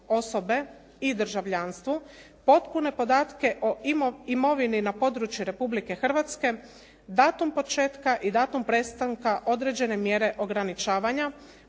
i državljanstvu, potpune podatke o imovini na području Republike Hrvatske, datum početka i datum prestanka određene mjere ograničavanja,